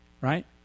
Right